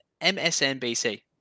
MSNBC